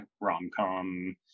rom-com